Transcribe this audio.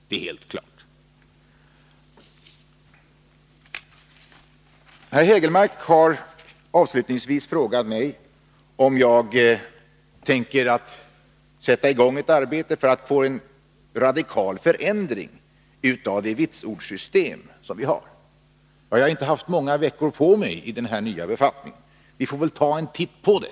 Det är helt klart. Herr Hägelmark har avslutningsvis frågat mig om jag tänker sätta i gång ett arbete för att få en radikal förändring av det vitsordssystem som vi har. Jag har inte haft många veckor på mig i denna nya befattning. Vi får väl ta en titt på det.